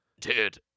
Dude